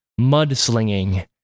mudslinging